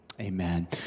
Amen